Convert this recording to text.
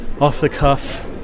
off-the-cuff